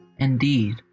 Indeed